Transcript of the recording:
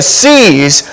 sees